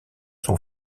sont